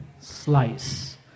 slice